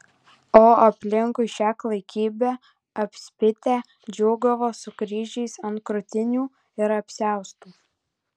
o aplinkui šią klaikybę apspitę džiūgavo su kryžiais ant krūtinių ir apsiaustų